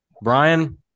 Brian